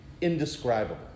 indescribable